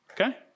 Okay